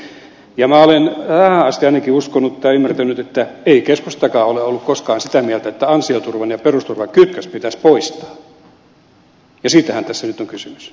minä olen tähän asti ainakin ymmärtänyt että ei keskustakaan ole ollut koskaan sitä mieltä että ansioturvan ja perusturvan kytkös pitäisi poistaa ja siitähän tässä nyt on kysymys